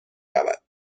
رود